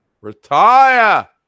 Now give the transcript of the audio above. Retire